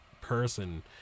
person